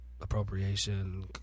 appropriation